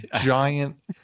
giant